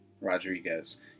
Rodriguez